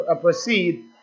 proceed